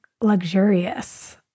luxurious